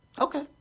Okay